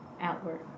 outward